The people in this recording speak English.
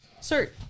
Sir